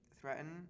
threaten